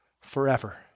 forever